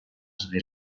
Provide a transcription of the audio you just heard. sri